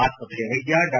ಆಸ್ಪತ್ರೆಯ ವೈದ್ಯ ಡಾ